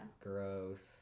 Gross